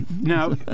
Now